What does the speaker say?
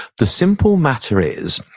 the simple matter is,